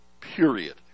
period